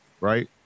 right